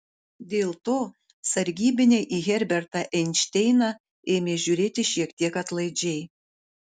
dėl to sargybiniai į herbertą einšteiną ėmė žiūrėti šiek tiek atlaidžiai